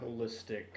holistic